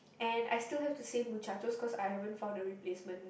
and I still have to say mocha just cause I haven't found a replacement